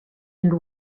and